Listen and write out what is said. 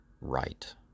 right